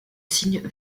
signe